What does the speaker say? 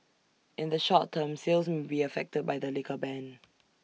in the short term sales may be affected by the liquor ban